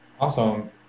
Awesome